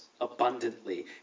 abundantly